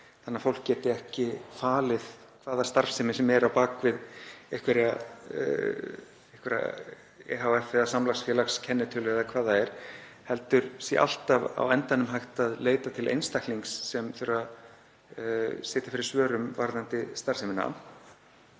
þannig að fólk geti ekki falið hvaða starfsemi sem er á bak við eitthvert ehf. eða samlagsfélagskennitölu eða hvað það er heldur sé alltaf á endanum hægt að leita til einstaklings sem þarf að sitja fyrir svörum varðandi starfsemina,